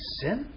sin